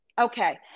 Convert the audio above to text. Okay